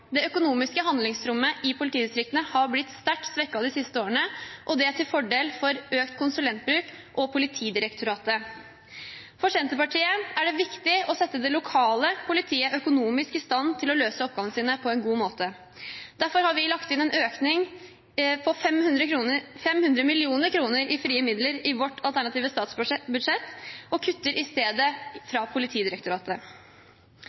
Det økonomiske handlingsrommet til politidistriktene har blitt sterkt svekket de siste årene – til fordel for vekst i konsulentbruk og i Politidirektoratet. For Senterpartiet er det viktig å sette det lokale politiet økonomisk i stand til å løse oppgavene sine på en god måte. Derfor har vi lagt inn en økning på 500 mill. kr i frie midler i vårt alternative statsbudsjett og kutter i stedet